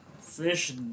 fish